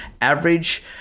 average